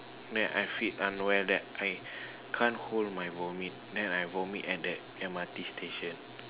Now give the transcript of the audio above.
then I feel unaware that I can't hold my vomit then I vomit at the M_R_T station